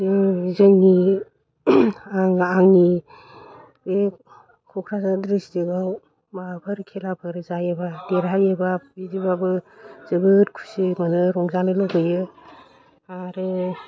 जों जोंनि आं आंनि बे क'क्राझार डिस्ट्रिकआव माबाफोर खेलाफोर जायोबा देरहायोबा बिदिबाबो जोबोर खुसि मोनो रंजानो लुबैयो आरो